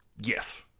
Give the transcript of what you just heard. Yes